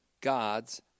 God's